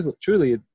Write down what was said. truly